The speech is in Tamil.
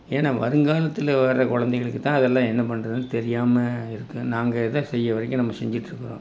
ஏன்னால் வருங்காலத்தில் வர்ற கொழந்தைகளுக்கு தான் அதெல்லாம் என்ன பண்ணுறதுனு தெரியாமல் இருக்குது நாங்கள் எதை செய்கிற வரைக்கும் நம்ம செஞ்சுட்டு இருக்கிறோம்